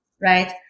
right